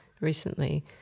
recently